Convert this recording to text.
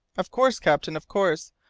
of course, captain, of course.